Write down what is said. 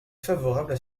favorables